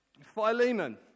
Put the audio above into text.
Philemon